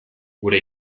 gure